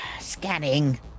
Scanning